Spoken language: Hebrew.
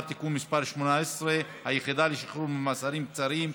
(תיקון מס' 18) (היחידה לשחרור ממאסרים קצרים),